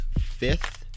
fifth